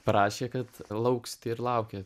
parašė kad lauks ir laukė